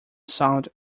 sound